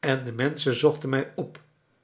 en de menschen zochten mij op